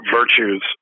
virtues